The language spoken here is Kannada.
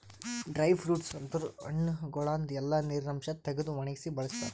ಡ್ರೈ ಫ್ರೂಟ್ಸ್ ಅಂದುರ್ ಹಣ್ಣಗೊಳ್ದಾಂದು ಎಲ್ಲಾ ನೀರಿನ ಅಂಶ ತೆಗೆದು ಒಣಗಿಸಿ ಬಳ್ಸತಾರ್